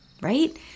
right